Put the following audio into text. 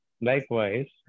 likewise